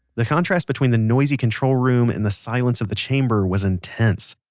the contrast between the noisy control room and the silence of the chamber was intense.